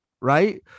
right